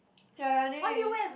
ya I need